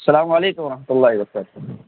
سلام علیکم و رحمۃ اللہ و برکاتہ